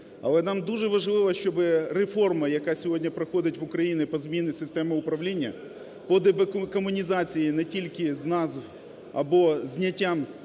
Але нам дуже важливо, щоб реформа, яка сьогодні проходить в Україні по зміні системи управління, по декомунізації, не тільки назв або зняттям